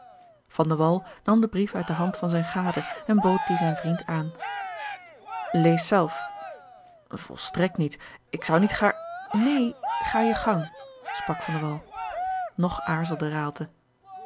nam den brief uit de hand van zijne gade en bood dien zijn vriend aan lees zelf volstrekt niet ik zou niet gaar neen ga je gang maar sprak van de wall nog aarzelde